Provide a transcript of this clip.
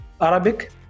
Arabic